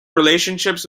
relationships